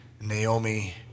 Naomi